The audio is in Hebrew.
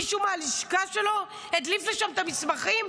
מישהו מהלשכה שלו הדליף לשם את המסמכים,